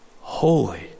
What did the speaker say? holy